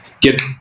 get